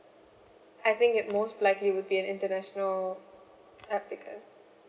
I think it most likely would be an international applicant